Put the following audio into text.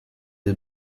his